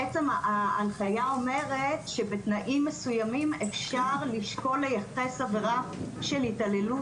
בעצם ההנחיה אומרת שבתנאים מסוימים אפשר לשקול לייחס עבירה של התעללות